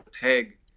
peg